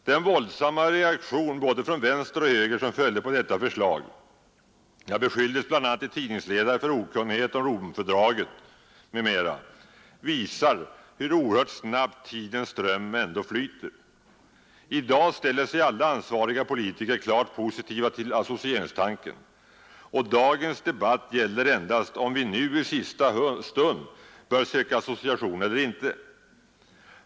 Den våldsamma reaktion både från vänster och höger som följde på detta förslag — jag beskylldes bl.a. i tidningsledare för okunnighet om Romfördraget — visar hur oerhört snabbt tidens ström ändå flyter. I dag ställer sig alla ansvariga politiker klart positiva till associeringstanken, och dagens debatt gäller endast om vi nu i sista stund bör söka association eller inte.